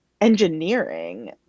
engineering